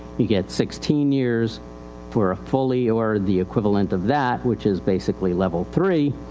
you get sixteen years for a fully or the equivalent of that, which is basically level three.